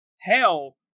hell